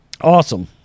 awesome